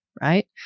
right